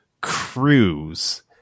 cruise